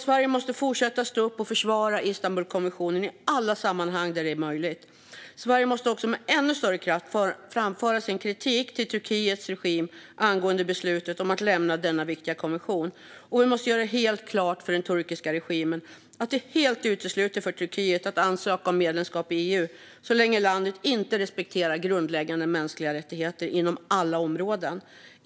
Sverige måste fortsätta att stå upp för och försvara Istanbulkonventionen i alla sammanhang där det är möjligt. Sverige måste också med ännu större kraft framföra sin kritik till Turkiets regim angående beslutet att lämna denna viktiga konvention. Vi måste göra helt klart för den turkiska regimen att det är helt uteslutet för Turkiet att ansöka om medlemskap i EU så länge landet inte respekterar grundläggande mänskliga rättigheter inom alla områden.